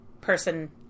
Person